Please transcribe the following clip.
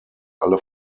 alle